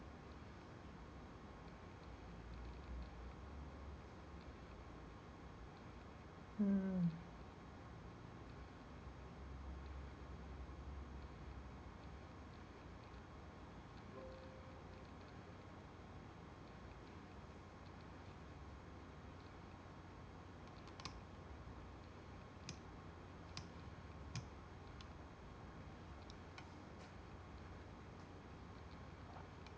hmm